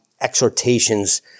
exhortations